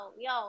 yo